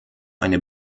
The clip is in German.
eine